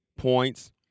points